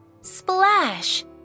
Splash